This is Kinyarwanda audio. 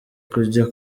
kujya